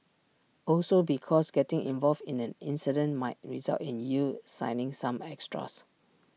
also because getting involved in an incident might result in you signing some extras